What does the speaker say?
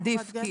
עדיף.